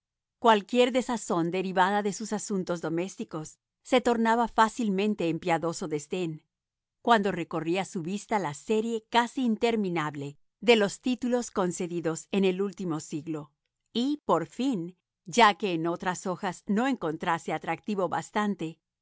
cualquier desazón derivada de sus asuntos domésticos se tornaba fácilmente en piadoso desdén cuando recorría su vista la serie casi interminable de los títulos concedidos en el último sigilo y por fin ya que en otras hojas no encontrase atractivo bas